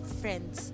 friends